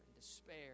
despair